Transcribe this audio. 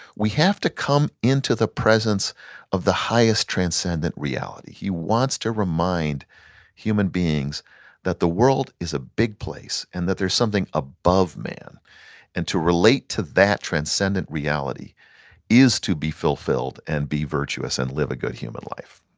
we have to come into the presence of the highest transcendent reality. he wants to remind human beings that the world is a big place, and that there's something above man and to relate to that transcendent reality is to be fulfilled and be virtuous and live a good human life.